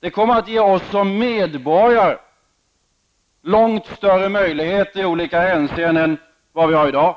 Det kommer att ge oss som medborgare långt större möjligheter i olika hänseenden än vad vi har i dag,